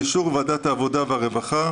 באישור ועדת העבודה והרווחה,